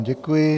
Děkuji.